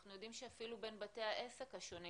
אנחנו יודעים שאפילו בין בתי העסק השונים